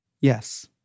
Yes